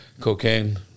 cocaine